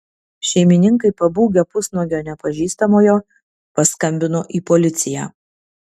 šeimininkai pabūgę pusnuogio nepažįstamojo paskambino į policiją